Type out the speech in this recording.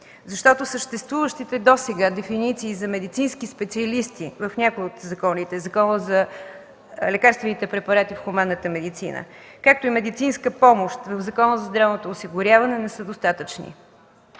защото съществуващите досега дефиниции за „медицински специалисти” в някои от законите – Закона за лекарствените препарати в хуманната медицина, както и „медицинска помощ” в Закона за здравното осигуряване, не са достатъчни.